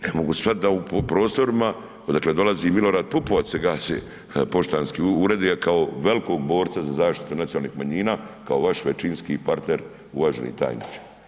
Ne mogu shvatiti da u prostorima odakle dolazi Milorad Pupovac se gase poštanski uredi a kao velikog borca za zaštitu nacionalnih manjina, kao vaš većinski partner uvaženi tajniče.